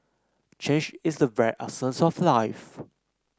change is the very essence of life